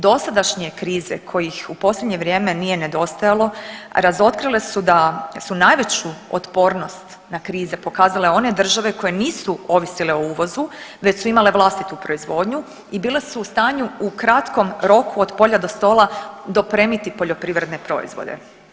Dosadašnje krize kojih u posljednje vrijeme nije nedostajalo razotkrile su da su najveću otpornost na krize pokazale one države koje nisu ovisile o uvozu već su imale vlastitu proizvodnju i bile su u stanju u kratkom roku od polja do stola dopremiti poljoprivredne proizvode.